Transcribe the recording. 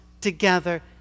together